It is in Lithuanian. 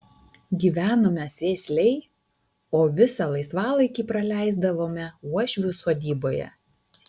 gyvenome sėsliai o visą laisvalaikį praleisdavome uošvių sodyboje